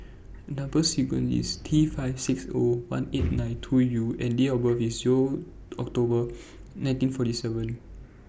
Number sequence IS T five six O one eight nine two U and Date of birth IS O October nineteen forty seven